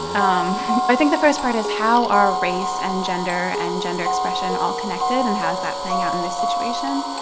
um i think the first part is, how are race and gender and gender expression all connected, and how is that playing out in this situation?